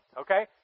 Okay